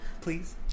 please